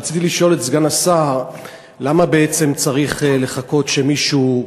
רציתי לשאול את סגן השר למה בעצם צריך לחכות שמישהו,